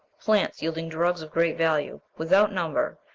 plants, yielding drugs of great value, without number,